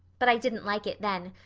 but i didn't like it then.